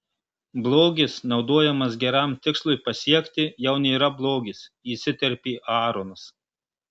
blogis naudojamas geram tikslui pasiekti jau nėra blogis įsiterpė aaronas